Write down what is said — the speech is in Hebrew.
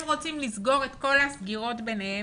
הם רוצים לסגור את כל הסגירות ביניהם,